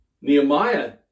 Nehemiah